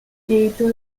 data